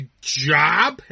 job